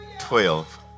twelve